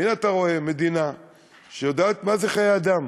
והנה, אתה רואה מדינה שיודעת מה זה חיי אדם